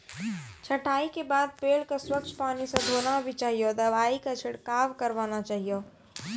छंटाई के बाद पेड़ क स्वच्छ पानी स धोना भी चाहियो, दवाई के छिड़काव करवाना चाहियो